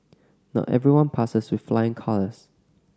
not everyone passes with flying colours